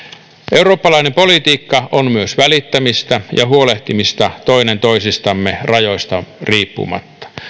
eurooppalainen politiikka on myös välittämistä ja huolehtimista toinen toisistamme rajoista riippumatta